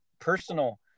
personal